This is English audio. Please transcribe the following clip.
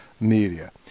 media